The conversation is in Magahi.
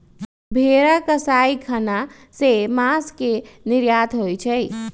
भेरा कसाई ख़ना से मास के निर्यात होइ छइ